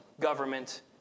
government